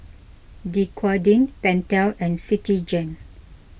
Dequadin Pentel and Citigem